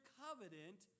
covenant